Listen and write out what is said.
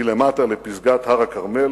מלמטה לפסגת הר-הכרמל,